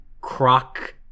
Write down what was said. croc